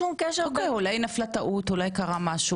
אולי קרה משהו?